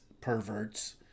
perverts